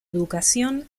educación